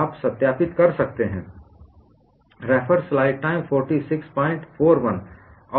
आप सत्यापित कर सकते हैं